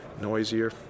noisier